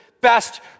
best